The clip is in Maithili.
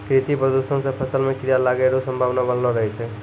कृषि प्रदूषण से फसल मे कीड़ा लागै रो संभावना वनलो रहै छै